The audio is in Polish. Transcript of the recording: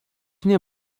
nie